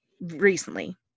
recently